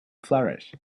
flourish